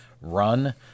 run